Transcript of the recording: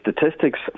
statistics